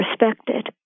respected